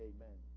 Amen